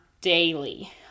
daily